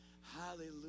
Hallelujah